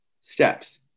steps